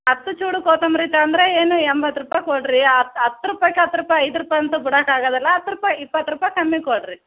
ಹತ್ತು ಸೂಡು ಕೊತಂಬ್ರಿ ತಗೊಂಡ್ರೆ ಏನು ಎಂಬತ್ತು ರೂಪಾಯಿ ಕೊಡಿರಿ ಹತ್ತು ಹತ್ತು ರೂಪಾಯ್ಕೆ ಹತ್ತು ರೂಪಾಯಿ ಐದು ರೂಪಾಯಿ ಅಂತು ಬಿಡಕ್ಕೆ ಆಗೋದಲ್ಲ ಹತ್ತು ರೂಪಾಯಿ ಇಪ್ಪತ್ತು ರೂಪಾಯಿ ಕಮ್ಮಿ ಕೊಡಿರಿ